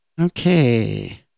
Okay